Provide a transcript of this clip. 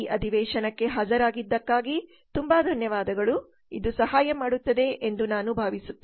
ಈ ಅಧಿವೇಶನಕ್ಕೆ ಹಾಜರಾಗಿದ್ದಕ್ಕಾಗಿ ತುಂಬಾ ಧನ್ಯವಾದಗಳು ಇದು ಸಹಾಯ ಮಾಡುತ್ತದೆ ಎಂದು ನಾನು ಭಾವಿಸುತ್ತೇನೆ